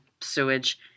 sewage